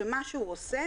שמה שהוא עושה